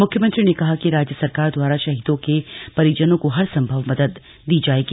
मुख्यमंत्री ने कहा कि राज्य सरकार द्वारा शहीदों के परिजनों को हर संभव मदद की जायेगी